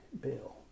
Bill